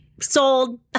sold